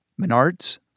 Menards